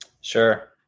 Sure